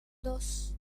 dos